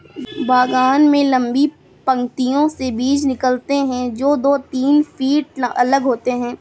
बागान में लंबी पंक्तियों से बीज निकालते है, जो दो तीन फीट अलग होते हैं